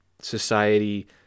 society